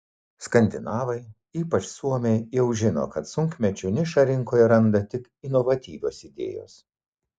skandinavai ypač suomiai jau žino kad sunkmečiu nišą rinkoje randa tik inovatyvios idėjos